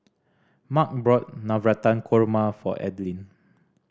Mark bought Navratan Korma for Adaline